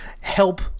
help